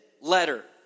letter